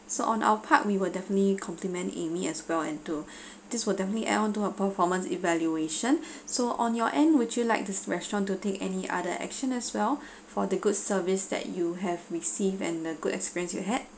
so on our part we will definitely compliment amy as well and to this will definitely add on to her performance evaluation so on your end would you like the restaurant to take any other action as well for the good service that you have received and the good experience that you had